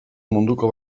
munduko